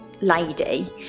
lady